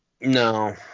no